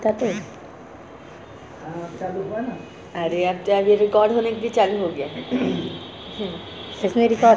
मकर संकरांति म सूरूज देवता के पूजा करे जाथे